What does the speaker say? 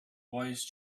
wise